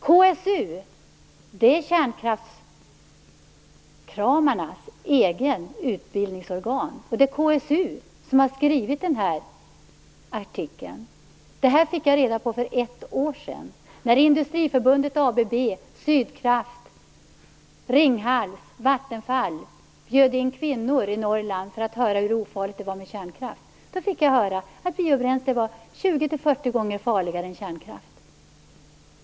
KSU är kärnkraftskramarnas eget utbildningsorgan, och det är KSU som har skrivit den här artikeln. För ett år sedan bjöd Industriförbundet, ABB, Sydkraft, Ringhals och Vattenfall in kvinnor i Norrland för att de skulle få höra hur ofarligt det är med kärnkraft. Jag fick då höra att biobränsle var 20-40 gånger farligare än kärnkraft.